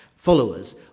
Followers